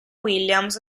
williams